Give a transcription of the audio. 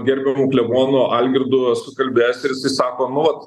gerbiamu klebonu algirdu esu kalbėjęs ir jisai sako nu vat